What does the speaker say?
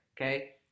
okay